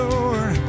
Lord